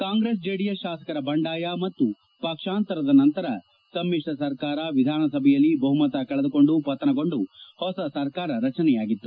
Congress JDS ಶಾಸಕರ ಬಂಡಾಯ ಮತ್ತು ಪಕ್ಷಾಂತರದ ನಂತರ ಸಮ್ಮಿಶ್ರ ಸರ್ಕಾರ ವಿಧಾನಸಭೆಯಲ್ಲಿ ಬಹುಮತ ಕಳೆದುಕೊಂದು ಪತನಗೊಂದು ಹೊಸ ಸರ್ಕಾರ ರಚನೆಯಾಗಿತ್ತು